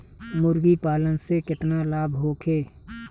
मुर्गीपालन से केतना लाभ होखे?